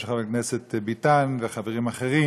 של חבר הכנסת ביטן וחברים אחרים.